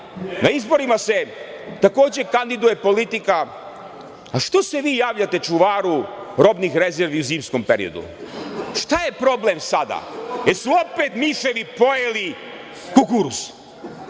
na izborima se takođe kandiduje politika…A što se vi javljate, čuvaru robnih rezervi u zimskom periodu? Šta je problem sada? Jesu li opet miševi pojeli kukuruz?